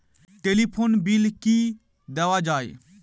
Telephone bill কি দেওয়া যায়?